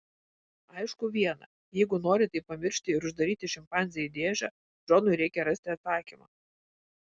aišku viena jeigu nori tai pamiršti ir uždaryti šimpanzę į dėžę džonui reikia rasti atsakymą